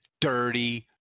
dirty